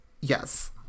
yes